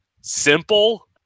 simple